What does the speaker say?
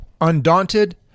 Undaunted